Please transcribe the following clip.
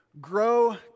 Grow